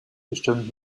bestimmt